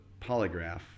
polygraph